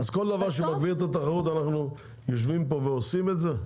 בסוף --- אז כל דבר שמגביר את התחרות אנחנו יושבים פה ועושים את זה?